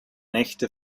nächte